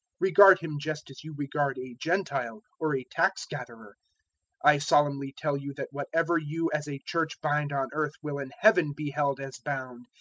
regard him just as you regard a gentile or a tax-gatherer i solemnly tell you that whatever you as a church bind on earth will in heaven be held as bound,